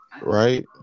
right